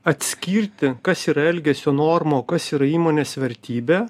atskirti kas yra elgesio norma o kas yra įmonės vertybė